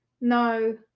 No